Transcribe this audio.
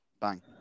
Bang